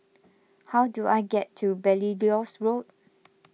how do I get to Belilios Road